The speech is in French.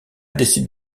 décide